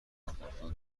آپارتمان